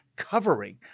Covering